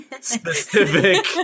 specific